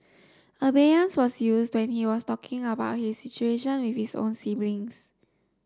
abeyance was used when he was talking about his situation with his own siblings